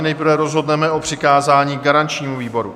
Nejprve rozhodneme o přikázání garančnímu výboru.